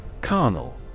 Carnal